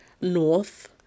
North